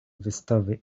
wystawy